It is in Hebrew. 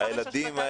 מחר יש השבתת זום.